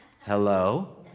hello